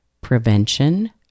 prevention